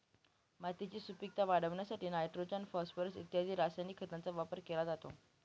मातीची सुपीकता वाढवण्यासाठी नायट्रोजन, फॉस्फोरस इत्यादी रासायनिक खतांचा वापर केला जातो